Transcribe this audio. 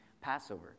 Passover